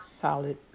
solid